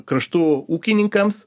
kraštų ūkininkams